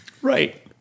Right